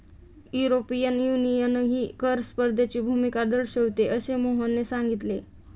European युनियनही कर स्पर्धेची भूमिका दर्शविते, असे मोहनने सांगितले